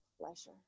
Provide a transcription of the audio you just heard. pleasure